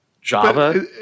Java